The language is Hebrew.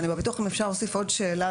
אם אפשר לשאול שאלה,